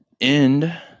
end